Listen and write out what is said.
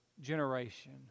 generation